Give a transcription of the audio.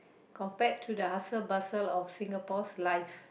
compared to the hustle bustle of Singapore's life